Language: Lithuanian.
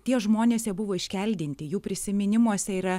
tie žmonės jie buvo iškeldinti jų prisiminimuose yra